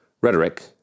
rhetoric